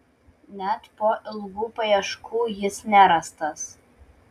net po ilgų paieškų jis nerastas